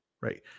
right